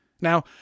Now